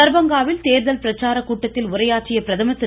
தர்பங்காவில் தோதல் பிரச்சார கூட்டத்தில் உரையாற்றிய பிரதமர் திரு